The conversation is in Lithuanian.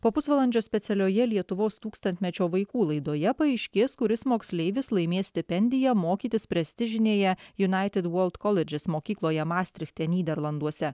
po pusvalandžio specialioje lietuvos tūkstantmečio vaikų laidoje paaiškės kuris moksleivis laimės stipendiją mokytis prestižinėje united world colleges mokykloje mastrichte nyderlanduose